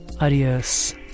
Adios